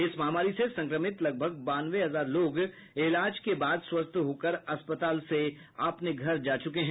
इस महामारी से संक्रमित लगभग बानवे हजार लोगा इलाज के बाद स्वस्थ होकर अस्पताल से अपने घर जा चुके हैं